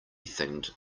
thinged